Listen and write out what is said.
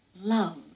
love